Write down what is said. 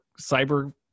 cyber